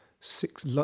six